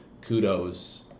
kudos